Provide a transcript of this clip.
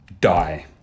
die